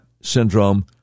syndrome